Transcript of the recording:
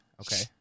Okay